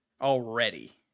already